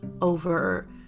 over